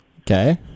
Okay